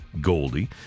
Goldie